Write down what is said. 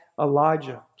Elijah